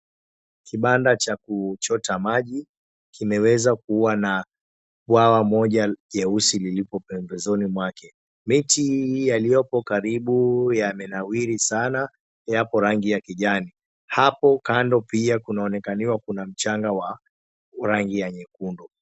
Kibanda cha kuchota maji kimeweza kuwa na bwawa moja jeusi lilipo pembezoni mwake. Miti hii yaliyopo karibu yamenawiri sana. Yapo rangi ya kijani. Hapo kando pia kunaonekana kuna mchanga wa rangi ya nyekundu.